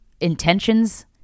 intentions